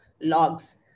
logs